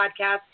Podcast